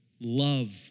love